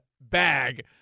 bag